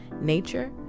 nature